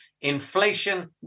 inflation